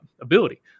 ability